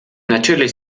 natürlich